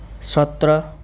सत्र